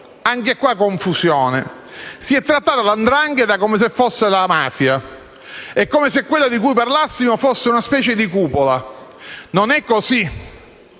è fatta confusione. Si è trattata la 'ndrangheta come se fosse la mafia e come se quella di cui parlassimo fosse una specie di cupola. Non è così: